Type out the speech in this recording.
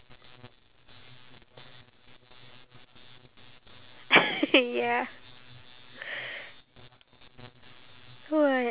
like the financial responsibilities of an individual majority of singaporeans cannot afford to